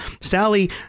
sally